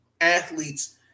athletes